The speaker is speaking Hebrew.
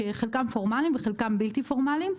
שחלקם פורמליים וחלקם בלתי פורמליים,